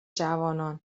جوانان